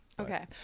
Okay